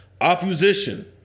Opposition